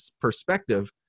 perspective